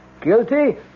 guilty